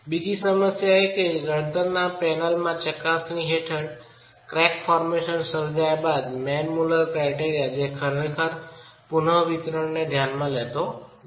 બીજી સમસ્યા એ છે કે ચણતર પેનલમાં ચકાસણી હેઠળની ક્રેક ફોર્મેશન સર્જાયા બાદ મેન મુલર ક્રાયટેરિયા જે ખરેખર પુનવિતરણને ધ્યાનમાં લેતો નથી